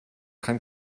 kann